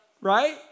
right